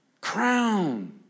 Crown